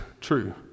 true